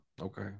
Okay